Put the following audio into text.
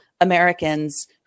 Americans